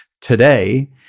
today